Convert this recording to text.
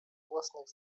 własnych